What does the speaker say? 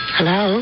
Hello